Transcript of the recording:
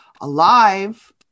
alive